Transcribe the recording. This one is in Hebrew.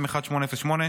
מ/1808,